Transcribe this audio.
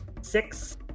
six